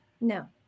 No